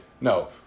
No